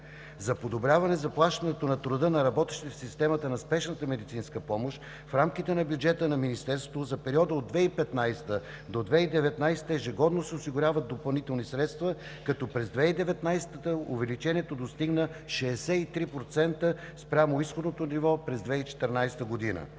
за подобряване заплащането на труда на работещите в системата на спешната медицинска помощ в рамките на бюджета на Министерството за периода от 2015-а до 2019 г., ежегодно се осигуряват допълнителни средства, като през 2019 г. увеличението достигна 63% спрямо изходното ниво през 2014 г.